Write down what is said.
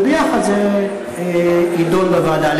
וזה יידון ביחד בוועדה.